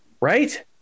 Right